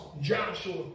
Joshua